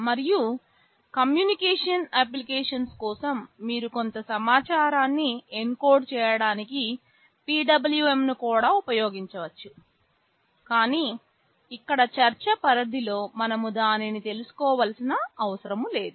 మరియు communication applications కోసం మీరు కొంత సమాచారాన్ని ఎన్కోడ్ చేయడానికి PWM ను కూడా ఉపయోగించవచ్చు కానీ ఇక్కడ చర్చ పరిధి లో మనము దానిని తెలుసుకోవలసిన అవసరం లేదు